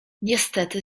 niestety